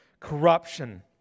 corruption